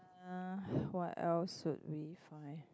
uh what else should we find